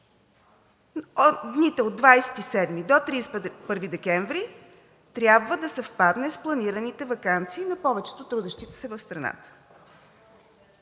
дните от 27 до 31 декември трябва да съвпадне с планираните ваканции на повечето от трудещите се в страната.